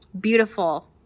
beautiful